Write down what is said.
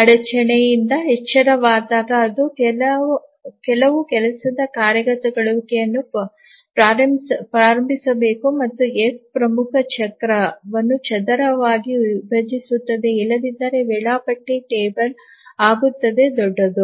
ಅಡಚಣೆಯಿಂದ ಎಚ್ಚರವಾದಾಗ ಅದು ಕೆಲವು ಕೆಲಸದ ಕಾರ್ಯಗತಗೊಳಿಸುವಿಕೆಯನ್ನು ಪ್ರಾರಂಭಿಸಬೇಕು ಮತ್ತು ಎಫ್ ಪ್ರಮುಖ ಚಕ್ರವನ್ನು ಚದರವಾಗಿ ವಿಭಜಿಸುತ್ತದೆ ಇಲ್ಲದಿದ್ದರೆ ವೇಳಾಪಟ್ಟಿ ಟೇಬಲ್ ಆಗುತ್ತದೆ ದೊಡ್ಡದು